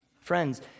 Friends